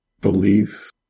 beliefs